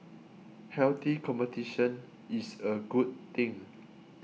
healthy competition is a good thing